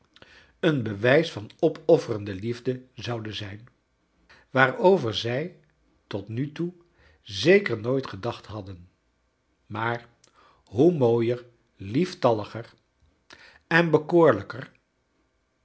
een bewijs van op off erende liefde zoude zijn waar over zij tot nu toe zeker nooit gedacht hidden maar hoe inooior lieftalliger en